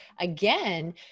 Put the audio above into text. again